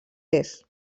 est